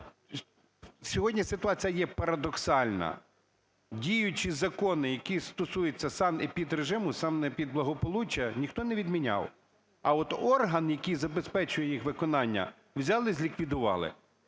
Сьогодні ситуація є парадоксальна, діючі закони, які стосуються санепідрежиму, санепідблагополуччя, ніхто не відміняв, а от орган, який забезпечує їх виконання, взяли зліквідували.